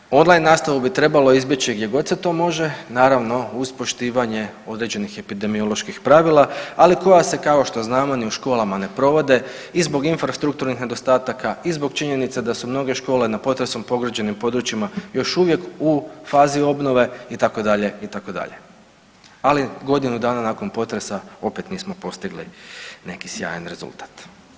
Prema tome, on line nastavu bi trebalo izbjeći gdje god se to može, naravno uz poštivanje određenih epidemioloških pravila, ali koja se kao što znamo ni u školama ne provode i zbog infrastrukturnih nedostataka i zbog činjenice da su mnoge škole na potresom pogođenih područjima još uvijek u fazi obnove itd. itd., ali godinu dana nakon potresa opet nismo postigli neki sjajan rezultat.